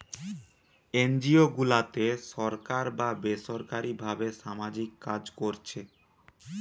NGO গুলাতে সরকার বা বেসরকারী ভাবে সামাজিক কাজ কোরছে